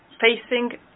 facing